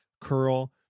Curl